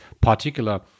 particular